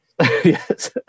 Yes